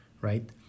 right